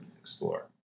explore